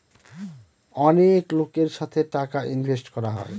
অনেক লোকের সাথে টাকা ইনভেস্ট করা হয়